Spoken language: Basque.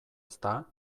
ezta